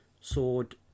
sword